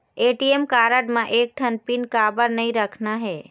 ATM card म एक ठन पिन काबर नई रखना हे?